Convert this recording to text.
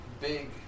big